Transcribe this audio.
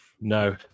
No